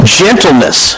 gentleness